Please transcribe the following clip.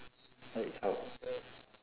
like how